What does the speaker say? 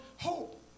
hope